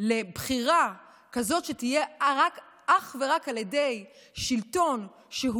לבחירה כזאת שתהיה אך ורק על ידי שלטון שהוא